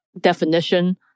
definition